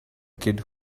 kid